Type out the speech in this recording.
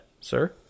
sir